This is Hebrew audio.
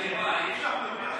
אם אנחנו מדברים,